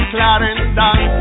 Clarendon